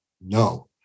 No